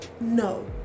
No